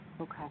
Okay